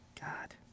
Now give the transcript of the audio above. god